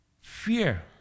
Fear